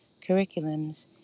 curriculums